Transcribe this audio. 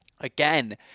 again